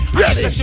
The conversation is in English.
ready